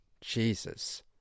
Jesus